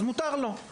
אז מותר לו.